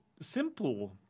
simple